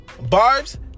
barbs